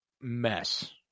mess